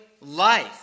life